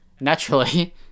naturally